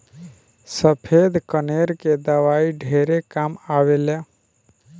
सफ़ेद कनेर के दवाई ढेरे काम आवेल